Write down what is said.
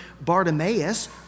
Bartimaeus